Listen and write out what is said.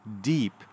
deep